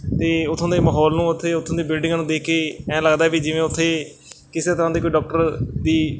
ਅਤੇ ਉੱਥੋਂ ਦੇ ਮਾਹੌਲ ਨੂੰ ਉੱਥੇ ਉੱਥੋਂ ਦੀ ਬਿਲਡਿੰਗਾਂ ਨੂੰ ਦੇਖ ਕੇ ਐਂ ਲੱਗਦਾ ਵੀ ਜਿਵੇਂ ਉੱਥੇ ਕਿਸੇ ਤਰ੍ਹਾਂ ਦੀ ਕੋਈ ਡਾਕਟਰ ਦੀ